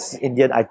Indian